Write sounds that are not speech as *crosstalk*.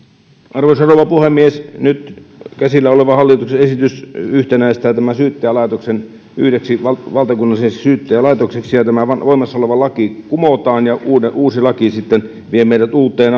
arvoisa rouva puhemies nyt käsillä oleva hallituksen esitys yhtenäistää syyttäjälaitoksen yhdeksi valtakunnalliseksi syyttäjälaitokseksi ja voimassa oleva laki kumotaan ja uusi laki vie sitten meidät uuteen *unintelligible*